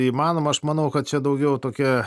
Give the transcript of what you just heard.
įmanoma aš manau kad čia daugiau tokia